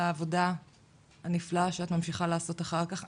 העבודה הנפלאה שאת ממשיכה לעשות אחר כך.